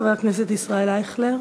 חבר הכנסת ישראל אייכלר.